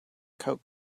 coke